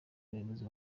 bayobozi